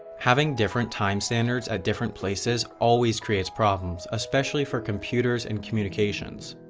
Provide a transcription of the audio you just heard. having different time standards at different places always creates problems, especially for computers and communications.